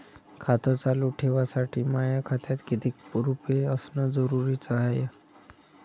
खातं चालू ठेवासाठी माया खात्यात कितीक रुपये असनं जरुरीच हाय?